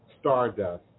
stardust